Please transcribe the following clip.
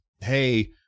hey